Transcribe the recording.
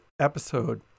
episode